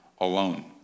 alone